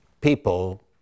people